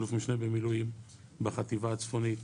אלוף משנה במילואים בחטיבה הצפונית,